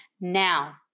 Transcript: Now